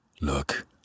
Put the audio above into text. look